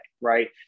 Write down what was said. Right